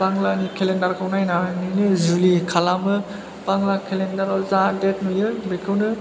बांलानि केलेन्डारखौ नायनानैनो जुलि खालामो बांला केलेन्डाराव जा देत नुयो बेखौनो